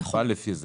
נפעל לפי זה,